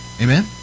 Amen